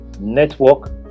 Network